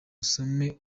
usome